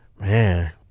Man